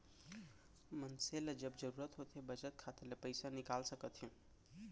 मनसे ल जब जरूरत होथे बचत खाता ले पइसा निकाल सकत हे